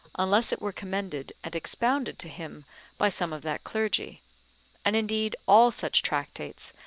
unless it were commended and expounded to him by some of that clergy and indeed all such tractates,